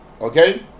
Okay